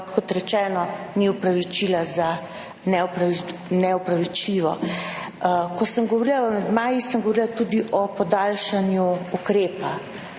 kot rečeno, ni opravičila za ne neopravičljivo. Ko sem govorila o amandmajih, sem govorila tudi o podaljšanju ukrepa